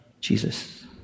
jesus